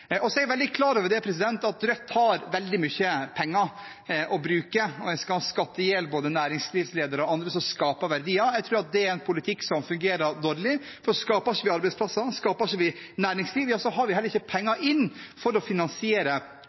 er veldig klar over at Rødt har veldig mye penger å bruke. En skal skatte i hjel både næringslivsledere og andre som skaper verdier. Jeg tror at det er en politikk som fungerer dårlig, for skaper vi ikke arbeidsplasser, skaper vi ikke næringsliv, og vi får heller ikke penger inn for å finansiere